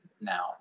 now